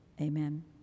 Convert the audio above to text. amen